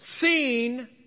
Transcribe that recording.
seen